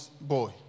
boy